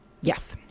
Yes